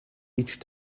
each